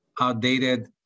outdated